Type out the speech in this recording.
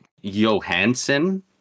Johansson